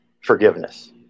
forgiveness